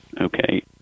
okay